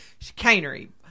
Chicanery